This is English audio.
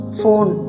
phone